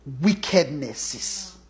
wickednesses